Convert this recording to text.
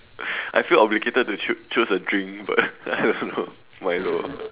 I feel obligated to choo~ choose a drink but I don't know Milo